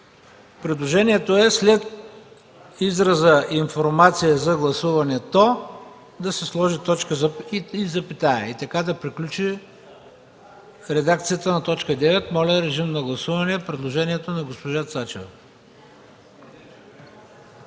Предложението е: след израза „информация за гласуването” да се сложи точка и запетая и така да приключи редакцията на т. 9. Гласуваме предложението на госпожа Цачева.